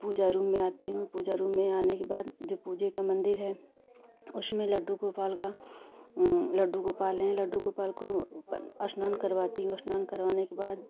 पूजा room में आती हूँ पूजा रूम में आने के बाद जो पूजा के मंदिर है उसमे लड्डू गोपाल का उ लड्डू गोपाल है लाड्डो गोपाल को स्नान करवाती हूँ स्नान करवाने के बाद